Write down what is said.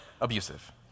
abusive